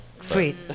Sweet